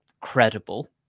credible